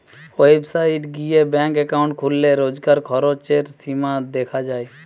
website গিয়ে bank account খুললে রোজকার খরচের সীমা দেখা যায়